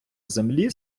землі